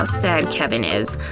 sad kevin is.